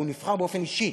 והוא נבחר באופן אישי,